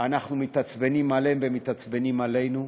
אנחנו מתעצבנים עליהם והם מתעצבנים עלינו,